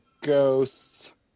ghosts